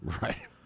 Right